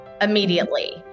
Immediately